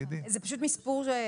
זה פשוט מספור.